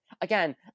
Again